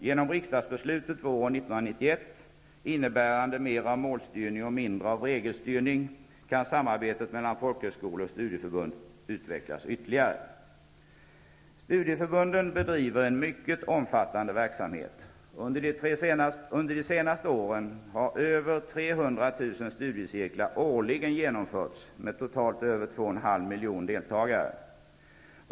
Genom riksdagsbeslutet våren 1991, innebärande mer av målstyrning och mindre av regelstyrning, kan samarbetet mellan folkhögskolor och studieförbund utvecklas ytterligare. Studieförbunden bedriver en mycket omfattande verksamhet. Under de senaste åren har över 300 000 studiecirklar årligen genomförts med totalt över 2,5 miljoner deltagare.